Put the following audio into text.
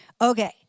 Okay